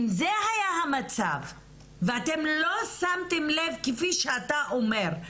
אם זה היה המצב ואתם לא שמתם לב כפי שאתה אומר,